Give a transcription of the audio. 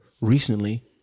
recently